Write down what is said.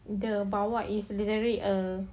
the bawah is literally err